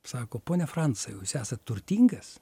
sako pone fransai jūs esat turtingas